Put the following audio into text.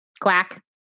Quack